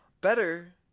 better